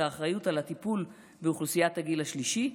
האחריות על הטיפול באוכלוסיית הגיל השלישי,